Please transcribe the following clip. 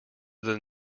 than